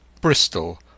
Bristol